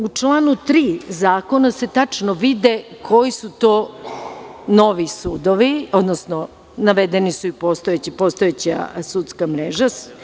U članu 3. Zakona se tačno vide koji su to novi sudovi, odnosno navedena je i postojeći sudska mreža.